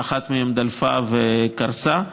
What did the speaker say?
שאחת מהן דלפה וקרסה.